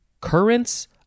currents